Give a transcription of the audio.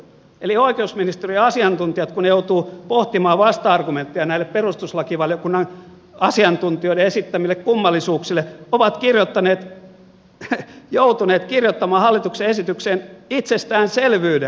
eli kun oikeusministeriön asiantuntijat joutuvat pohtimaan vasta argumentteja näille perustuslakivaliokunnan asiantuntijoiden esittämille kummallisuuksille he ovat joutuneet kirjoittamaan hallituksen esitykseen itsestäänselvyyden